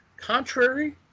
contrary